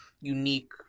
unique